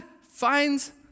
finds